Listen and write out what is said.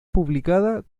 publicada